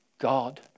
God